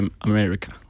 America